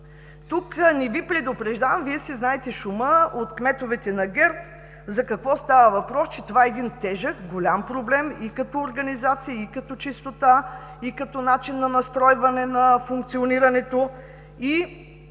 Тук не Ви предупреждавам, Вие си знаете шума от кметовете на ГЕРБ, за какво става въпрос – че това е тежък, голям проблем и като организация, и като чистота, и като начин на настройване на функционирането.